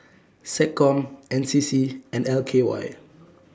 Seccom N C C and L K Y